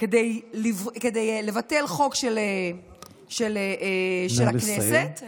כדי לבטל חוק של הכנסת, נא לסיים.